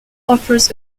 offers